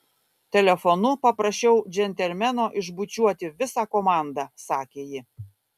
telefonu paprašiau džentelmeno išbučiuoti visą komandą sakė ji